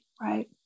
Right